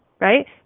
right